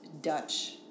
Dutch